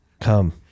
Come